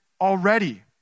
already